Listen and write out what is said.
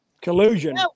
Collusion